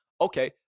Okay